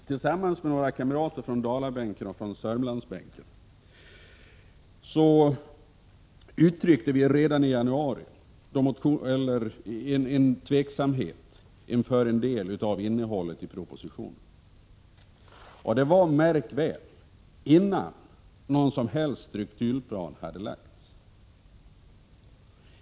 Tillsammans med några kamrater från Dalabänken och från Sörmlandsbänken uttryckte jag redan i januari tveksamhet inför en del av innehållet i propositionen. Det var, märk väl, innan någon som helst strukturplan hade lagts fram.